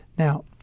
Now